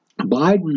Biden